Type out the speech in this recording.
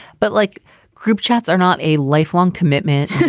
but like group chats are not a lifelong commitment.